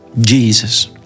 Jesus